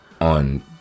On